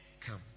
come